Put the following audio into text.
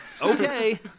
Okay